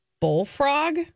bullfrog